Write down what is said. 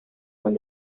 son